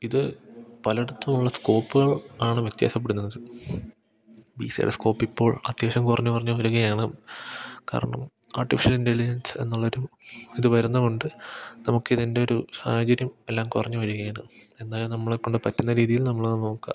ഇത് പല ഇടത്തും ഉള്ള സ്കോപ്പുകൾ ആണ് വ്യത്യാസപ്പെടുന്നത് ന്നച്ചാ ബി സി എടെ സ്കോപ്പിപ്പോൾ അത്യാവശ്യം കുറഞ്ഞു കുറഞ്ഞു വരികയാണ് കാരണം ആർട്ടിഫിഷ്യൽ ഇൻ്റലിജൻസ് എന്ന് ഉള്ളൊരു ഇത് വരുന്ന കൊണ്ട് നമുക്ക് ഇതിൻ്റൊരു സാഹചര്യം എല്ലാം കുറഞ്ഞു വരികയാണ് എന്തായാലും നമ്മളെക്കൊണ്ട് പറ്റുന്ന രീതിയിൽ നമ്മളത് നോക്കുക